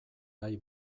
bai